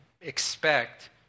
expect